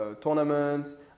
tournaments